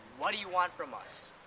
what do you want from us?